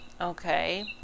Okay